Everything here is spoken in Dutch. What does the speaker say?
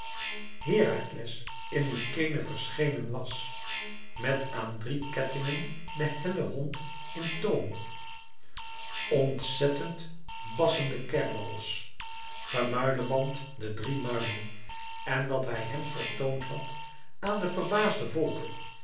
herakles in mykenæ verschenen was met aan drie kettingen den helhond in toom ontzettend bassenden kerberos gemuileband de drie muilen en dat hij hem vertoond had aan den verbaasden volke